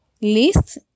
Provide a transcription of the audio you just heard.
list